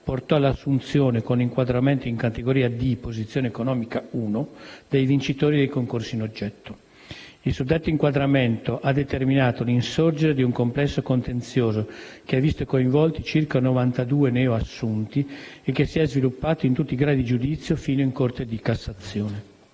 portò all'assunzione, con inquadramento in categoria D posizione economica 1, dei vincitori dei concorsi in oggetto. Il suddetto inquadramento ha determinato l'insorgere di un complesso contenzioso, che ha visto coinvolti circa 92 neoassunti e che si è sviluppato in tutti i gradi di giudizio, fino in Corte di cassazione.